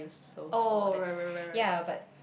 it's so that yea but